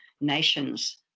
nations